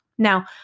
Now